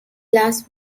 last